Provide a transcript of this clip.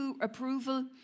approval